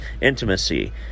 intimacy